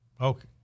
Okay